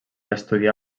estudià